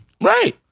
Right